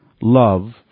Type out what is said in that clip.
love